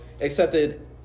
accepted